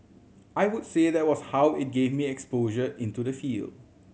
I would say that was how it gave me exposure into the field